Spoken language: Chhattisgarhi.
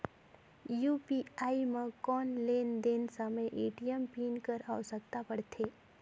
यू.पी.आई म कौन लेन देन समय ए.टी.एम पिन कर आवश्यकता पड़थे?